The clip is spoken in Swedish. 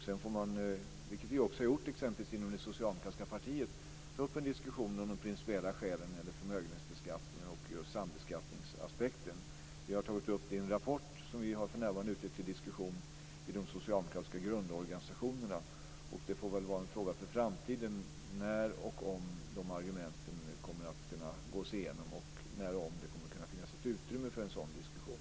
Sedan får man, vilket vi också har gjort t.ex. i det socialdemokratiska partiet, ta upp en diskussion om de principiella skälen när det gäller förmögenhetsbeskattning och just sambeskattningsaspekten. Vi har tagit upp detta i en rapport som vi för närvarande har ute till diskussion i de socialdemokratiska grundorganisationerna. Det får väl vara en fråga för framtiden när och om de argumenten kommer att kunna gås igenom samt när och om det kommer att kunna finnas ett utrymme för en sådan diskussion.